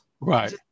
Right